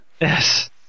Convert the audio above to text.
Yes